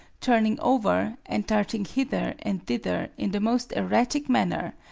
turning over and darting hither and thither in the most erratic manner,